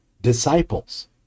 disciples